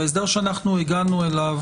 ההסדר שאנחנו הגענו אליו